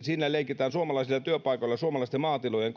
siinä leikitään suomalaisilla työpaikoilla suomalaisten maatilojen